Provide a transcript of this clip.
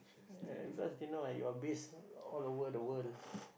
uh because you know ah you are based all over the world